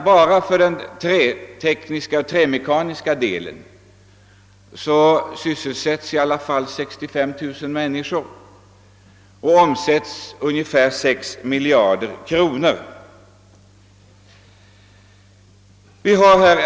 Vad den trämekaniska delen beträffar sysselsätts på området 65 000 människor och cirka 6 miljarder kronor årligen omsätts.